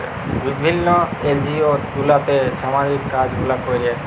বিভিল্ল্য এলজিও গুলাতে ছামাজিক কাজ গুলা ক্যরে